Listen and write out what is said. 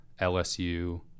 LSU